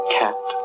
cat